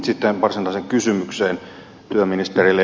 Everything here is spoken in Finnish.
sitten varsinaiseen kysymykseen työministerille